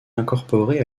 incorporée